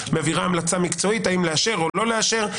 מעבירה המלצה מקצועית האם לאשר או לא לאשר,